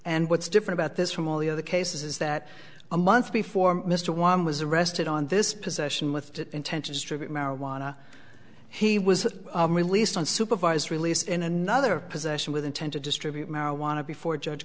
and what's different about this from all the other cases is that a month before mr one was arrested on this possession with intent to distribute marijuana he was released on supervised release in another possession with intent to distribute marijuana before judge